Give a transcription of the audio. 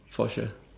for sure